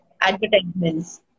advertisements